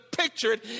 Pictured